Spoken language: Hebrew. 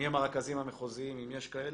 מי הם הרכזים המחוזיים, אם יש כאלה?